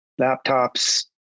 laptops